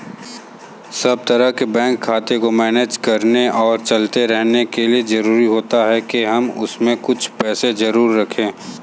सब तरह के बैंक खाते को मैनेज करने और चलाते रहने के लिए जरुरी होता है के हम उसमें कुछ पैसे जरूर रखे